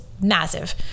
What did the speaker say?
massive